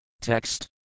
Text